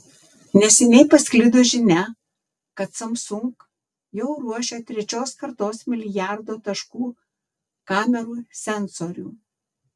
neseniai pasklido žinia kad samsung jau ruošia trečios kartos milijardo taškų kamerų sensorių